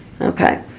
Okay